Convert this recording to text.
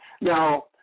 Now